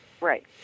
Right